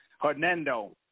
Hernando